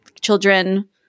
children